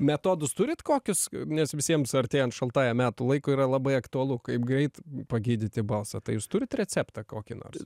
metodus turit kokius nes visiems artėjant šaltajam metų laikui yra labai aktualu kaip greit pagydyti balsą tai jūs turit receptą kokį nors